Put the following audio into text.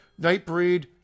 Nightbreed